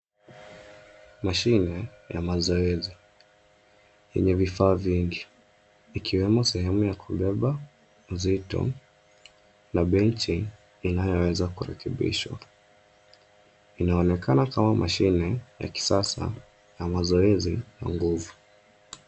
Mashine ya mazoezi yenye vifaa vingi ikiwemo sehemu ya kubeba uzito na benchi inayoweza kurekebishwa. Inaonekana kama mashine ya kisasa ya mazoezi ya nguvu.